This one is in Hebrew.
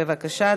בבקשה,